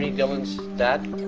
dylan's dad.